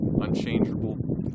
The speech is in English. unchangeable